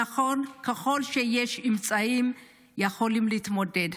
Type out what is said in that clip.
נכון, ככל שיש אמצעים, יכולים להתמודד,